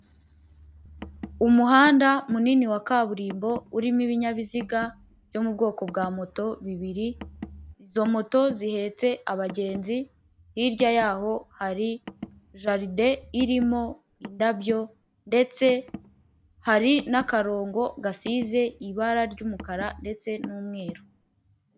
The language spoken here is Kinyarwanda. Umuhanda munini wa kaburimbo urimo ibinyabiziga byo mu bwoko bwa moto bibiri, izo moto zihetse abagenzi hirya ya'ho hari jaride irimo indabyo ndetse hari n'akarongo gasize ibara ry'umukara ndetse n'umweru.